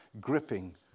gripping